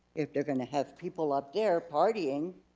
if they're gonna have people up there partying.